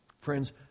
Friends